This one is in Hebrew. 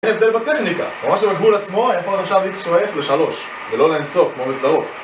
הנה הבדל בטכניקה, ממש על הגבול עצמו יכול לעכשיו X שואף לשלוש, ולא לאינסוף כמו בסדרות.